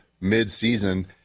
mid-season